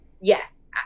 yes